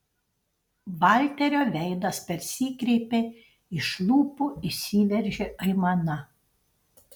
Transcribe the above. valterio veidas persikreipė iš lūpų išsiveržė aimana